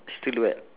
still wet